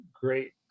great